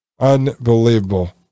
Unbelievable